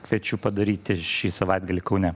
kviečiu padaryt ir šį savaitgalį kaune